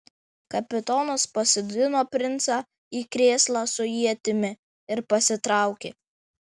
kapitonas pasodino princą į krėslą su ietimi ir pasitraukė